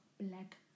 black